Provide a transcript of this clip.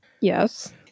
Yes